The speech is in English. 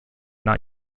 not